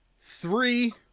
three